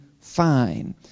fine